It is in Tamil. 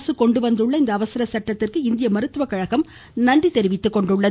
அரசு கொண்டு வந்துள்ள இந்த அவசர சட்டத்திற்கு இந்திய மருத்துவ கழகம் நன்றி தெரிவித்துக்கொண்டுள்ளது